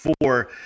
four